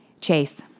Chase